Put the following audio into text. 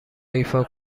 ایفا